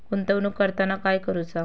गुंतवणूक करताना काय करुचा?